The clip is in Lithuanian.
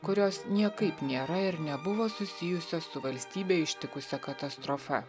kurios niekaip nėra ir nebuvo susijusios su valstybę ištikusia katastrofa